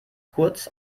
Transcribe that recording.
kurz